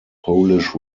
polish